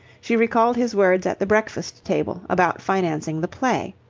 she recalled his words at the breakfast-table about financing the play.